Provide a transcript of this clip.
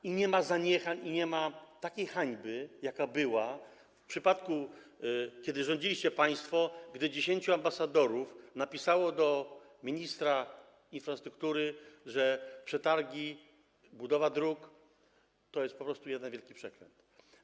I nie ma zaniechań, i nie ma takiej hańby, jaka była wtedy, kiedy rządziliście państwo, gdy 10 ambasadorów napisało do ministra infrastruktury, że przetargi na budowę dróg to jest po prostu jeden wielki przekręt.